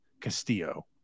Castillo